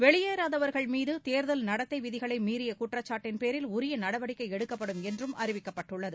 வெளியேறாதவர்கள் மீது தேர்தல் நடத்தை விதிகளை மீறிய குற்றச்சாட்டின் பேரில் உரிய நடவடிக்கை எடுக்கப்படும் என்றும் அறிவிக்கப்பட்டுள்ளது